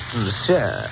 monsieur